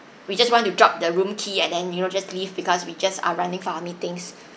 we just want to drop the room key and then you know just leave because we just are running for our meetings